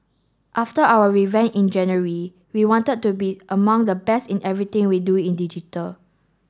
after our revamp in January we wanted to be among the best in everything we do in digital